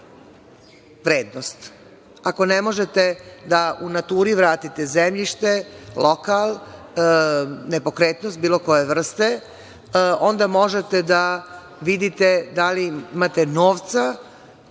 prednost. Ako ne možete u naturi da vratite zemljište, lokal, nepokretnost bilo koje vrste, onda možete da vidite da li imate novca